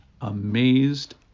amazed